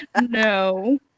No